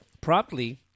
promptly